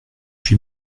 suis